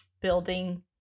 building